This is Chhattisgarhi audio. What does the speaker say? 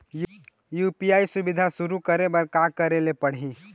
यू.पी.आई सुविधा शुरू करे बर का करे ले पड़ही?